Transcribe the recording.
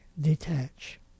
detach